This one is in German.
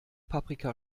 paprika